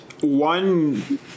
one